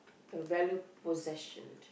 a value possession